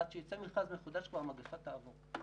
עד שיצא מכרז מחודש כבר המגפה תעבור.